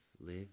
live